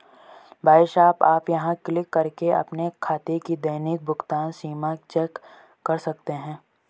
भाई साहब आप यहाँ क्लिक करके अपने खाते की दैनिक भुगतान सीमा चेक कर सकते हैं